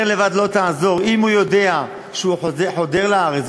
אם הוא יודע שהוא חודר לארץ,